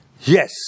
Yes